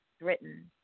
written